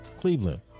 Cleveland